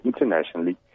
internationally